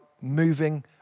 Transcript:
moving